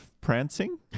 prancing